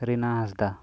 ᱨᱤᱱᱟ ᱦᱟᱸᱥᱫᱟ